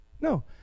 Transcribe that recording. No